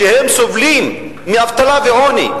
שסובלים מאבטלה ועוני,